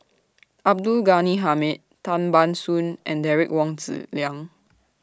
Abdul Ghani Hamid Tan Ban Soon and Derek Wong Zi Liang